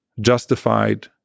justified